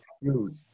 Huge